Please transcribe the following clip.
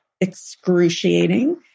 excruciating